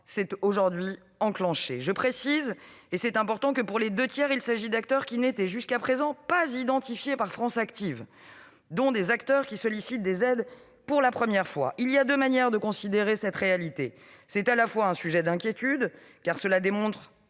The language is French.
est important de préciser que, pour les deux tiers, il s'agit d'acteurs qui n'étaient jusqu'à présent pas identifiés par France Active. Il y a ainsi des acteurs qui sollicitent des aides pour la première fois. Il y a deux manières de considérer cette réalité : c'est à la fois un sujet d'inquiétude, car cela montre